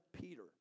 Peter